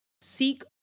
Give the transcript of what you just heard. seek